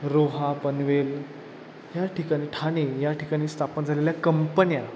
रोहा पनवेल या ठिकाणी ठाणे या ठिकाणी स्थापन झालेल्या कंपन्या